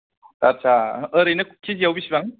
आदसा ओरैनो केजिआव बिसिबां